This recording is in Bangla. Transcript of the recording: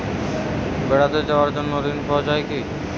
বেড়াতে যাওয়ার জন্য ঋণ পাওয়া যায় কি?